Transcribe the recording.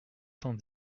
cent